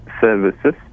services